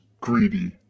greedy